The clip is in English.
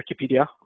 Wikipedia